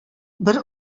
бер